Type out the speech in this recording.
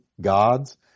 gods